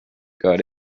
got